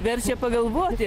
verčia pagalvoti